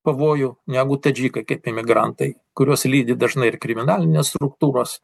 pavojų negu tadžikai kaip imigrantai kuriuos lydi dažnai ir kriminalinės struktūros